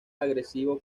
agresivo